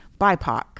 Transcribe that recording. BIPOC